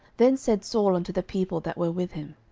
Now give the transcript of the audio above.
then said saul unto the people that were with him,